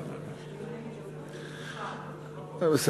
זה דיונים אידיאולוגיים, סליחה, אבל נשמע אותך.